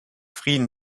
frieden